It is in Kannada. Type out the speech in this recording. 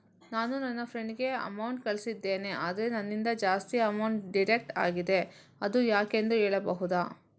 ನಾನು ನನ್ನ ಫ್ರೆಂಡ್ ಗೆ ಅಮೌಂಟ್ ಕಳ್ಸಿದ್ದೇನೆ ಆದ್ರೆ ನನ್ನಿಂದ ಜಾಸ್ತಿ ಅಮೌಂಟ್ ಡಿಡಕ್ಟ್ ಆಗಿದೆ ಅದು ಯಾಕೆಂದು ಹೇಳ್ಬಹುದಾ?